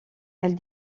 elle